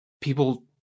people